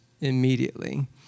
immediately